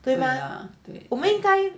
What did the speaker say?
对 mah 我们应该